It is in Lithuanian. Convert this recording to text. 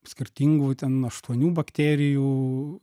skirtingų ten aštuonių bakterijų